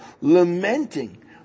lamenting